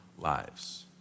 lives